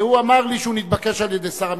הוא אמר לי שהוא נתבקש על-ידי שר המשפטים,